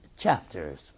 chapters